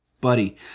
buddy